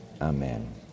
Amen